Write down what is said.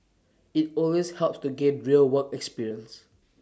IT always helps to gain real work experience